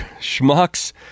schmucks